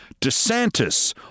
DeSantis